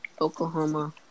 Oklahoma